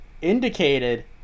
indicated